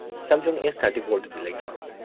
Samsung S thirty ꯐꯣꯔꯗꯨꯗꯤ ꯂꯩꯇ꯭ꯔꯣ